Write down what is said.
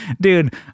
dude